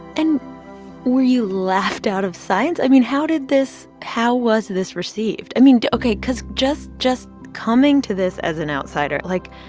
and were you laughed out of science? i mean, how did this how was this received? i mean, ok, because just just coming to this as an outsider, like,